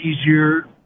easier